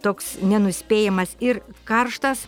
toks nenuspėjamas ir karštas